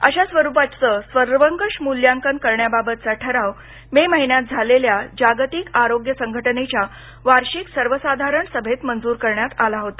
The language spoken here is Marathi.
अशा स्वरुपाचं सर्वकष मूल्यांकन करण्याबाबतचा ठराव मे महिन्यात झालेल्या जागतिक आरोग्य संघटनेच्या वार्षिक सर्वसाधारण सभेत मंजूर करण्यात आला होता